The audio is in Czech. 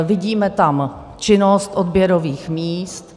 Vidíme tam činnost odběrových míst.